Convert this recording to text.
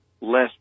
less